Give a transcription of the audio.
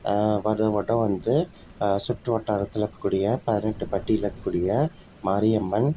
வருடம் வருடம் வந்து சுற்றுவட்டாரத்தில் இருக்கக்கூடிய பதினெட்டு பட்டியில் இருக்கக்கூடிய மாரியம்மன்